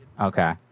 Okay